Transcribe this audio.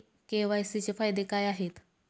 KYC चे फायदे काय आहेत?